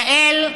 יעל,